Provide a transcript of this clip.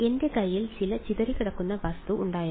എന്റെ കയ്യിൽ ചില ചിതറിക്കിടക്കുന്ന വസ്തു ഉണ്ടായിരുന്നു